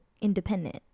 independent